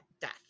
death